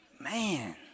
Man